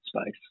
space